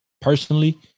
personally